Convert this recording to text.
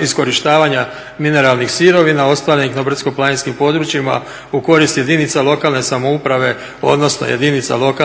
iskorištavanja mineralnih sirovina ostvarenih na brdsko-planinskim područjima u korist jedinica lokalne samouprave, odnosno jedinica lokalne